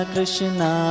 Krishna